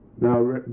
Now